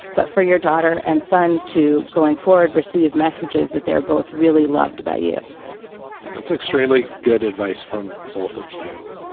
but for your daughter and son, too, going forward, receive messages that they're both really loved by you that's extremely good advice from both of you.